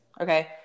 okay